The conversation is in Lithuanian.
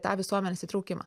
tą visuomenės įtraukimą